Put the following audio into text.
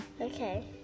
Okay